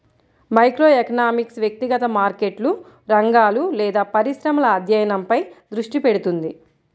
microeconomics వ్యక్తిగత మార్కెట్లు, రంగాలు లేదా పరిశ్రమల అధ్యయనంపై దృష్టి పెడుతుంది